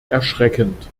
erschreckend